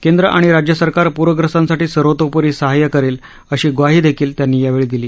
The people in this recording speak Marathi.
केंद्र आणि राज्य सरकार पूरग्रस्तांसाठी सर्वतोपरी सहाय्य करेल अशी ग्वाही देखील त्यांनी यावेळी दिली